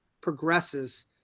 progresses